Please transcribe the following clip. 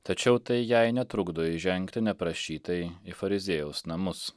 tačiau tai jai netrukdo įžengti neprašytai į fariziejaus namus